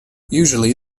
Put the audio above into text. usually